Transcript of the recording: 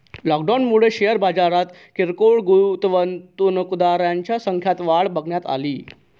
लॉकडाऊनमुळे शेअर बाजारात किरकोळ गुंतवणूकदारांच्या संख्यात वाढ बघण्यात अली